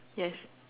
yes